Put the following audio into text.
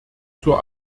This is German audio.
zur